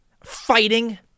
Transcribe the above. fighting